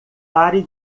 pare